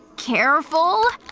careful.